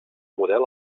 model